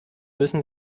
müssen